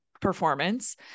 performance